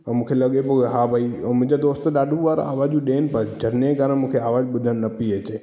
ऐं मूंखे लॻे पियो की हा भई ऐं मुंहिंजे दोस्त ॾाढू वार आवाज़ूं ॾियनि पिया झरिणे जे कारणु मूंखे आवाज़ु ॿुधणु न पई अचे